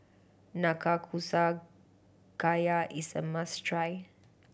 Nanakusa Gayu is a must try